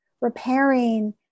repairing